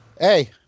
Hey